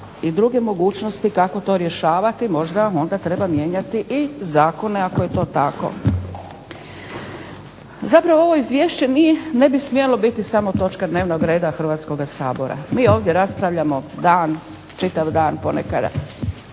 i druge mogućnosti kako to rješavati možda onda treba mijenjati i zakone ako je to tako. Zapravo ovo izvješće ne bi smjelo biti točka dnevnog reda Hrvatskoga sabora. Mi ovdje raspravljamo dan, čitav dan ponekada,